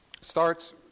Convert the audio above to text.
starts